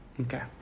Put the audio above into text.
Okay